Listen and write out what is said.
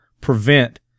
prevent